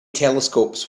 telescopes